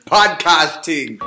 Podcasting